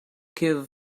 give